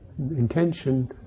Intention